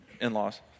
in-laws